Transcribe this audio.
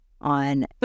on